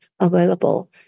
available